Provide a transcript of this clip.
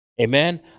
Amen